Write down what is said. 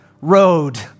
road